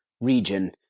region